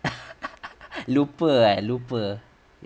lupa eh lupa